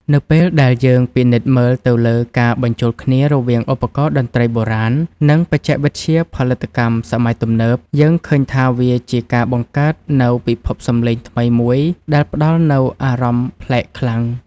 នៅពេលដែលយើងពិនិត្យមើលទៅលើការបញ្ចូលគ្នា រវាងឧបករណ៍តន្ត្រីបុរាណ និងបច្ចេកវិទ្យាផលិតកម្មសម័យទំនើប យើងឃើញថាវាជាការបង្កើតនូវពិភពសំឡេងថ្មីមួយដែលផ្តល់នូវអារម្មណ៍ប្លែកខ្លាំង។